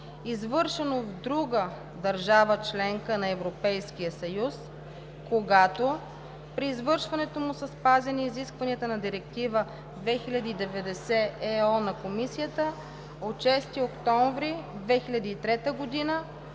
извършено в друга държава членка на Европейския съюз, когато при извършването му са спазени изискванията на Директива 2003/90/ЕО на Комисията от 6 октомври 2003 г.